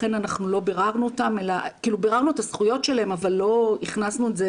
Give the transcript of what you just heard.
ביררנו את הזכויות אבל לא הכנסנו את זה